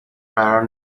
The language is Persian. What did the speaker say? قرار